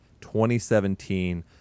2017